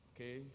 Okay